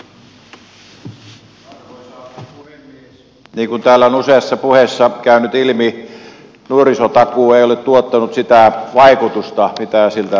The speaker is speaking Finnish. niin kuin täällä on useassa puheessa käynyt ilmi nuorisotakuu ei ole tuottanut sitä vaikutusta mitä siltä on odotettu